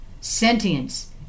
sentience